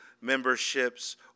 memberships